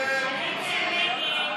עודה,